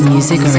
Music